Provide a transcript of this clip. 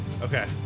Okay